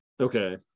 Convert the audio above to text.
Okay